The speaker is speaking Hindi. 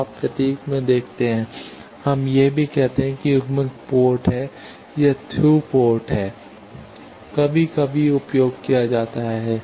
तो आप प्रतीक में देखते हैं हम यह भी कहते हैं कि यह युग्मित पोर्ट है यह थ्रू पोर्ट है